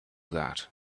that